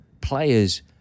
players